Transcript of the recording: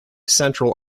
central